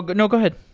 but no. go ahead.